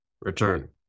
Return